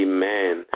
Amen